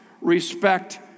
respect